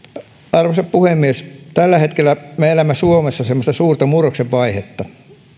arvoisa puhemies tällä hetkellä me elämme suomessa semmoista suurta murroksen vaihetta